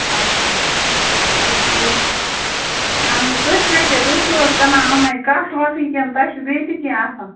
آچھا آچھا چلو ٹھیٖک حظ چھِ اہن حظ تُہۍ کیٛاہ کیٛاہ تُہۍ چھُو حظ کٕنان یِمَے کَٹھ وَٹھٕے کِنہٕ تۄہہِ چھُو بیٚیہِ تہِ کیٚنٛہہ آسان